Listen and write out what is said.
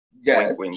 Yes